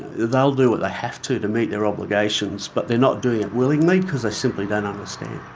they'll do what they have to to meet their obligations but they're not doing it willingly because they simply don't understand.